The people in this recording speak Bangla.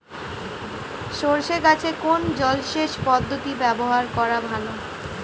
সরষে গাছে কোন জলসেচ পদ্ধতি ব্যবহার করা ভালো?